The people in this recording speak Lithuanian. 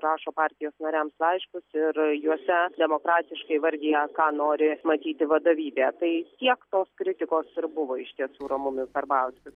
rašo partijos nariams laiškus ir juose demokratiškai vardija ką nori matyti vadovybė tai tiek tos kritikos ir buvo iš tiesų ramūnui karbauskiui